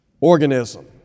organism